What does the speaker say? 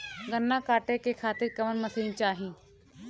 गन्ना कांटेके खातीर कवन मशीन चाही?